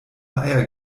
eier